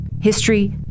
History